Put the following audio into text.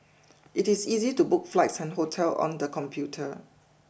it is easy to book flights and hotel on the computer